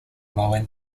mowing